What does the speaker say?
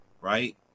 right